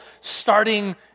starting